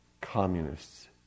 communists